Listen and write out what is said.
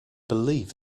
believe